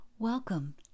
Welcome